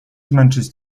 zmęczyć